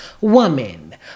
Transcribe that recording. woman